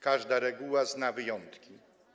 Każda reguła zna wyjątki.